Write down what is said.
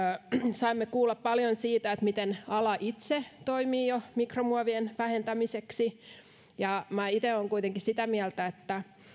saimme kuulla paljon siitä miten ala itse toimii jo mikromuovien vähentämiseksi minä itse olen kuitenkin sitä mieltä että